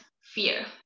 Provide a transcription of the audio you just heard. fear